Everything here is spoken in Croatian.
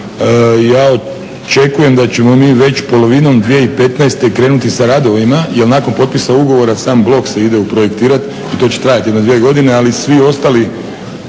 ja očekujem da ćemo mi već polovinom 2015. krenuti sa radovima jer nakon potpisa ugovora sam blok se ide uprojektirati i to će trajati jedno 2 godine, ali svi ostali